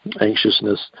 anxiousness